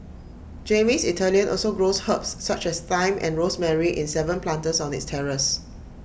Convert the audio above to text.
Jamie's Italian also grows herbs such as thyme and rosemary in Seven planters on its terrace